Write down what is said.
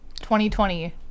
2020